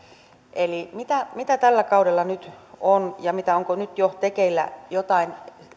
eli mitä mitä tällä kaudella nyt on tekeillä ja onko nyt jo tekeillä jotain